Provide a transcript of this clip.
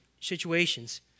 situations